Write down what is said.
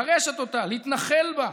לרשת אותה, להתנחל בה.